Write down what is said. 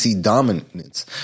dominance